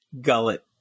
Gullet